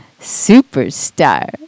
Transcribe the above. superstar